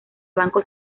banco